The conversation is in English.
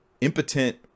impotent